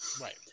Right